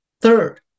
Third